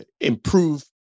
improve